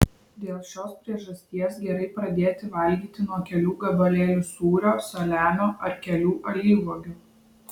dėl šios priežasties gerai pradėti valgyti nuo kelių gabalėlių sūrio saliamio ar kelių alyvuogių